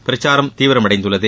பிரச்சாரம் தீவிரமடைந்துள்ளது